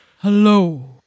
Hello